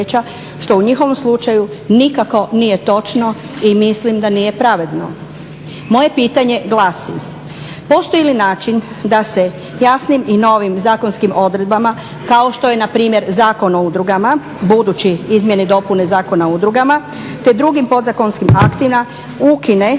što u njihovom slučaju nikako nije točno i mislim da nije pravedno. Moje pitanje glasi: postoji li način da se jasnim i novim zakonskim odredbama, kao što je npr. zakon o udrugama budući, izmjene i dopune Zakona o udrugama te drugim podzakonskim aktima ukine